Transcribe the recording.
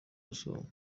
rusumo